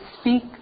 speak